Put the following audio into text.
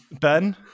ben